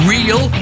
Real